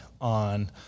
on